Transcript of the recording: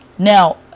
Now